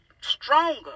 stronger